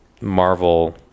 Marvel